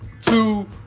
two